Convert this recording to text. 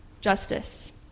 justice